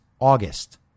August